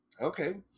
Okay